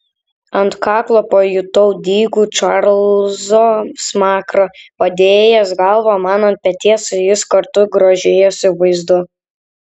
ant kaklo pajutau dygų čarlzo smakrą padėjęs galvą man ant peties jis kartu grožėjosi vaizdu